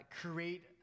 create